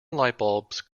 lightbulbs